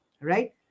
right